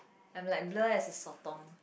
I'm like blur as a sotong